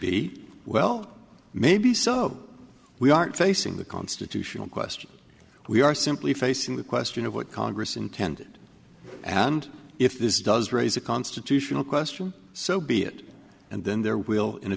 be well maybe so we aren't facing the constitutional question we are simply facing the question of what congress intended and if this does raise a constitutional question so be it and then there will in